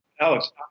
Alex